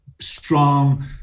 strong